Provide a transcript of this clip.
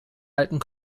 alten